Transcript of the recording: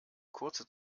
kurze